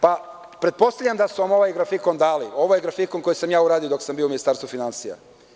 Pretpostavljam da su vam ovaj grafikon dali, ovaj grafikon koji sam ja uradio dok sam bio u Ministarstvu finansija.